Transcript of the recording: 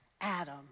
Adam